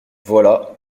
voilà